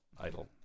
idle